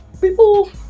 people